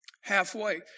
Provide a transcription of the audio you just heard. halfway